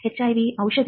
HIV ಔಷಧಿ